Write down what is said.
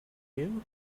you